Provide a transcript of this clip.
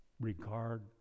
regard